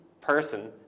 person